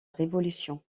révolution